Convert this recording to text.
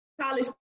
college